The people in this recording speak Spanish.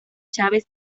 chávez